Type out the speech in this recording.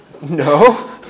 No